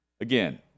Again